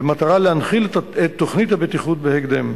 במטרה להנחיל את תוכנית הבטיחות בהקדם.